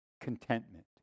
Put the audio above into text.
contentment